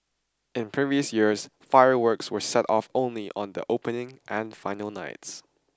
in previous years fireworks were set off only on the opening and final nights